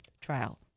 trial